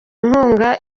inkunga